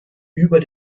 über